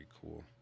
cool